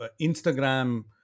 instagram